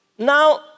Now